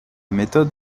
méthode